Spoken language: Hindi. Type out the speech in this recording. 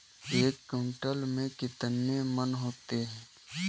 एक क्विंटल में कितने मन होते हैं?